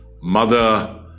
Mother